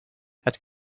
het